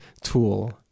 tool